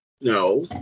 No